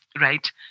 right